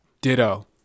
Ditto